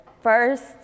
first